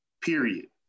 period